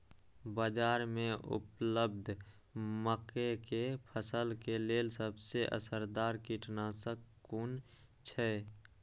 बाज़ार में उपलब्ध मके के फसल के लेल सबसे असरदार कीटनाशक कुन छै?